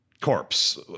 Corpse